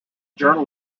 journal